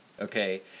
okay